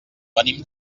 venim